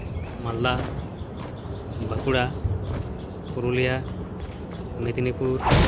Malda Bankura Purulia Medinipur